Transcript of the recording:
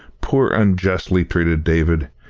poor unjustly treated david!